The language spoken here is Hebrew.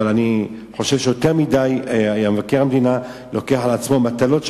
אבל אני חושב שמבקר המדינה לוקח על עצמו יותר מדי מטלות,